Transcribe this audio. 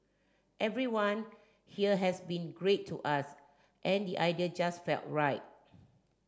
everyone here has been great to us and the idea just felt right